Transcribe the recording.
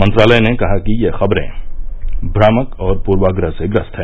मंत्रालय ने कहा कि ये खबरें भ्रामक और पूर्वाग्रह से ग्रस्त हैं